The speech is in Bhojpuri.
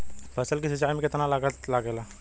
फसल की सिंचाई में कितना लागत लागेला?